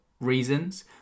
reasons